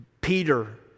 Peter